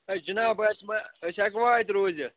ہے جِناب اَسہِ ما أسۍ ہٮ۪کٕوَا اَتہِ روٗزِتھ